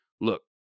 look